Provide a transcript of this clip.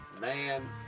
man